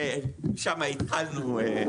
שם התחלנו.